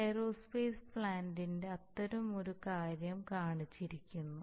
aerospace പ്ലാന്റിന്റെ അത്തരമൊരു കാര്യം കാണിച്ചിരിക്കുന്നു